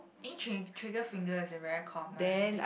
think trigger fingers is a very common